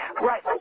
Right